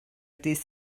dydd